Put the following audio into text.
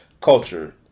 culture